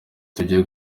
tujye